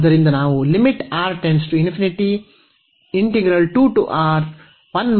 ಆದ್ದರಿಂದ ನಾವು ಅನ್ನು ಹೊಂದಿದ್ದೇವೆ